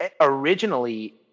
originally